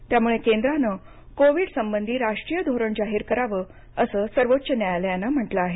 त्यामुळे केंद्राने कोविड संबंधी राष्ट्रीय धोरण जाहीर करावं असं सर्वोच्च न्यायालया नं म्हटलं आहे